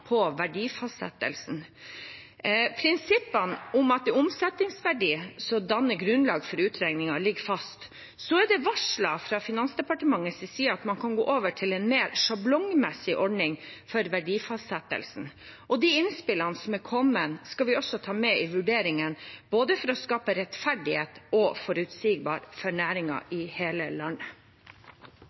verdifastsettelsen. Prinsippene om at det er omsetningsverdien som danner grunnlaget for utregningen, ligger fast. Så er det varslet fra Finansdepartementets side at man kan gå over til en mer sjablonmessig ordning for verdifastsettelsen, og de innspillene som er kommet, skal vi også ta med i vurderingen for å skape både rettferdighet og forutsigbarhet for næringen i hele landet.